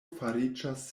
fariĝas